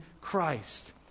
Christ